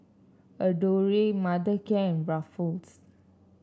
Adore Mothercare and Ruffles